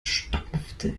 stampfte